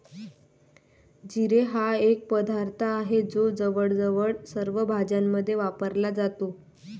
जिरे हा एक पदार्थ आहे जो जवळजवळ सर्व भाज्यांमध्ये वापरला जातो